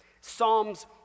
Psalms